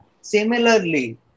Similarly